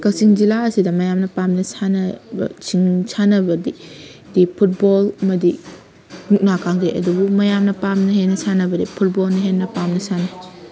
ꯀꯛꯆꯤꯡ ꯖꯤꯂꯥ ꯑꯁꯤꯗ ꯃꯌꯥꯝꯅ ꯄꯥꯝꯅ ꯁꯥꯟꯅꯕꯁꯤꯡ ꯁꯥꯟꯅꯕꯗꯤ ꯐꯨꯠꯕꯣꯜ ꯑꯃꯗꯤ ꯃꯨꯛꯅ ꯀꯥꯡꯖꯩ ꯑꯗꯨꯕꯨ ꯃꯌꯥꯝꯅ ꯄꯥꯝꯅ ꯍꯦꯟꯅ ꯁꯥꯟꯅꯕꯗꯤ ꯐꯨꯠꯕꯣꯜꯅ ꯍꯦꯟꯅ ꯄꯥꯝꯅ ꯁꯥꯟꯅꯩ